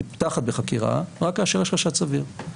היא פותחת בחקירה רק כאשר יש חשד סביר.